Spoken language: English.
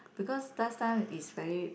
because last time is very